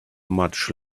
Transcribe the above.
much